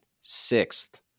sixth